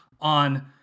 on